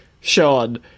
sean